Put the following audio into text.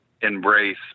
embrace